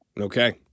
Okay